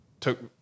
took